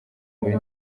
muri